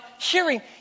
hearing